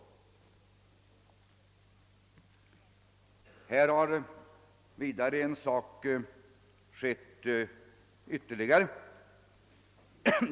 Ytterligare en sak har inträffat.